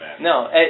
No